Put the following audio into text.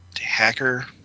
hacker